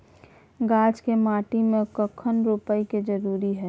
गाछ के माटी में कखन रोपय के जरुरी हय?